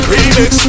Remix